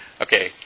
Okay